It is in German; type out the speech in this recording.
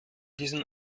diesen